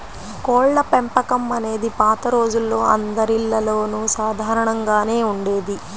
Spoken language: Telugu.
కోళ్ళపెంపకం అనేది పాత రోజుల్లో అందరిల్లల్లోనూ సాధారణంగానే ఉండేది